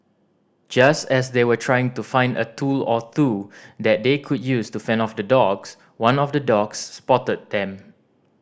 just as they were trying to find a tool or two that they could use to fend off the dogs one of the dogs spotted them